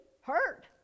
hurt